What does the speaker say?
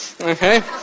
okay